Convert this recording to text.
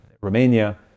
Romania